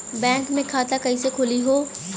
Bank मे खाता कईसे खुली हो?